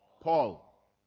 paul